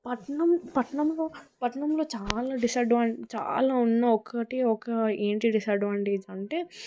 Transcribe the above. పట్నం పట్నంలో పట్నంలో చాలా డిసడ్వాన్స్ చాలా ఉన్న ఒకటి ఒక ఏంటి డిసడ్వాంటేజ్ అంటే